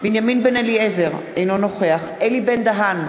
בנימין בן-אליעזר, אינו נוכח אלי בן-דהן,